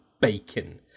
bacon